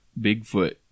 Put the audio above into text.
Bigfoot